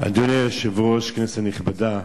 אדוני היושב-ראש, כנסת נכבדה,